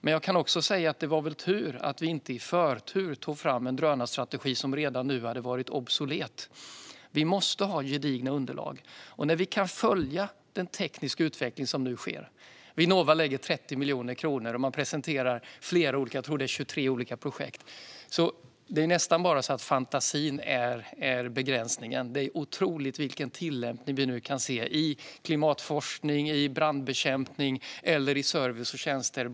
Men jag kan också säga: Det var väl tur att vi inte i förväg tog fram en drönarstrategi som redan nu hade varit obsolet. Vi måste ha gedigna underlag. Vi kan följa den tekniska utveckling som nu sker. Vinnova lägger 30 miljoner kronor på detta, och man presenterar flera olika projekt. Jag tror att det är 23 olika projekt. Det är nästan bara fantasin som är begränsningen. Det är otroligt vilken tillämpning vi nu kan se i klimatforskning, i brandbekämpning eller i service och tjänster.